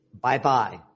bye-bye